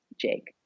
Jake